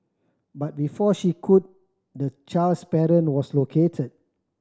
but before she could the child's parent was located